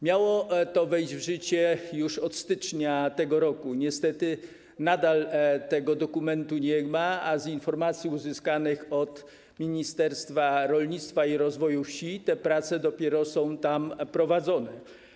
Miało to wejść w życie już od stycznia tego roku, niestety nadal tego dokumentu nie ma, a z informacji uzyskanych od Ministerstwa Rolnictwa i Rozwoju Wsi wynika, że te prace dopiero są tam prowadzone.